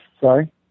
Sorry